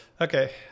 okay